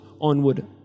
onward